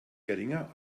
geringer